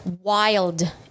wild